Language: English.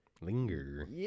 linger